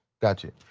gotcha.